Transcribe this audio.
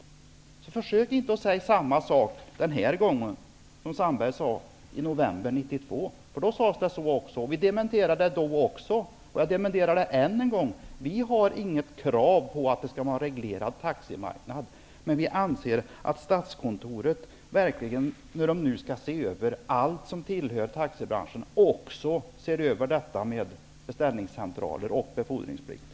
Jan Sandberg skall inte försöka säga samma sak i dag som han sade i november 1992. Vi dementerade det då, och jag dementerar det än en gång. Vi har inget krav på att det skall vara en reglerad taximarknad, men vi anser att Statskontoret också skall se över detta med beställningscentraler och befordringsplikt, när de nu skall se över allt som hör till taxibranschen.